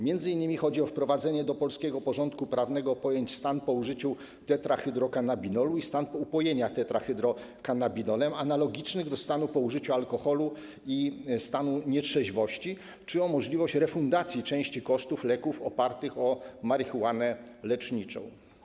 Między innymi chodzi tu o wprowadzenie do polskiego porządku prawnego pojęć: stan po użyciu tetrahydrokannabinolu i stan upojenia tetrahydrokannabinolem, analogicznych do pojęć: stan po użyciu alkoholu i stan nietrzeźwości, czy o możliwość refundacji części kosztów leków opartych na marihuanie leczniczej.